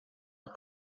dat